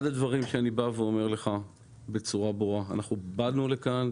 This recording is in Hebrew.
אחד הדברים שאני בא ואומר לך בצורה ברורה: אנחנו באנו לכאן,